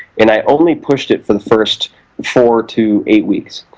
and i only pushed it for the first four to eight weeks,